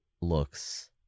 looks